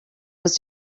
was